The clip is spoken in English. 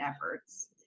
efforts